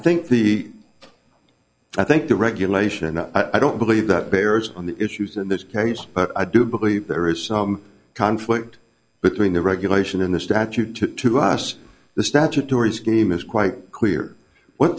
think the i think the regulation and i don't believe that bears on the issues in this case but i do believe there is some conflict between the regulation in the statute to us the statutory scheme is quite clear what